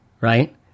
right